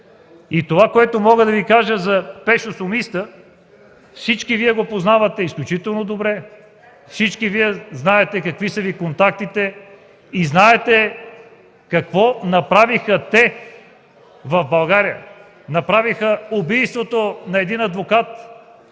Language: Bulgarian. Това е, което мога да Ви кажа за Пешо Сумиста – всички Вие го познавате изключително добре. Всички Вие знаете какви са Ви контактите. Какво направиха те в България? Извършиха убийството на един адвокат,